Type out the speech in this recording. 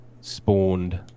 spawned